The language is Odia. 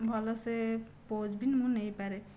ଭଲସେ ପୋଜ୍ ବି ମୁଁ ନେଇପାରେ